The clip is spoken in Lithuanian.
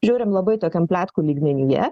žiūrim labai tokiam pletkų lygmenyje